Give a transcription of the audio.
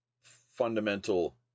fundamental